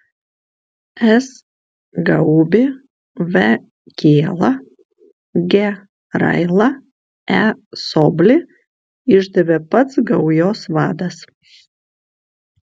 s gaubį v kielą g railą e soblį išdavė pats gaujos vadas